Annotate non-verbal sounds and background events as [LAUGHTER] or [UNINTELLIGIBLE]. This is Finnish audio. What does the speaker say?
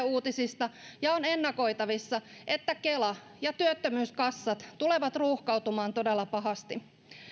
[UNINTELLIGIBLE] uutisista ja on ennakoitavissa että kela ja työttömyyskassat tulevat ruuhkautumaan todella pahasti